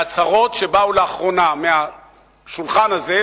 וההצהרות שבאו לאחרונה מהשולחן הזה,